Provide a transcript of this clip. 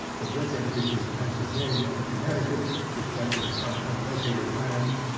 the difference between pennsylvania and connecticut, respecting some unlocated lands,